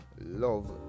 Love